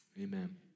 amen